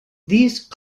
these